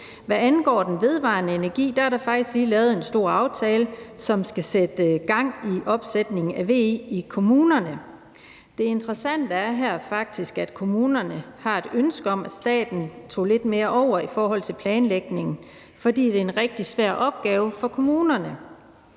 Hvad angår den vedvarende energi, er der faktisk lige lavet en stor aftale, som skal sætte gang i opsætningen af VE i kommunerne. Det interessante her er faktisk, at kommunerne har et ønske om, at staten tog lidt mere over i forhold til planlægning, for det er en rigtig svær opgave for kommunerne.